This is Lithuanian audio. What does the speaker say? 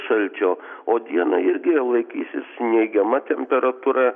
šalčio o dieną irgi laikysis neigiama temperatūra